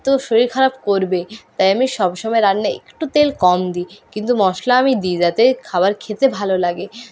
তো শরীর খারাপ করবেই তাই আমি সবসময় রান্নায় একটু তেল কম দিই কিন্তু মশলা আমি দিই যাতে খাবার খেতে ভালো লাগে